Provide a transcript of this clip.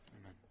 amen